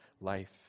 life